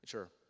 Sure